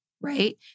right